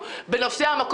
"למדנו",